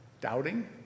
doubting